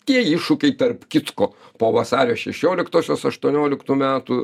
tie iššūkiai tarp kitko po vasario šešioliktosios aštuonioliktų metų